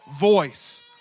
voice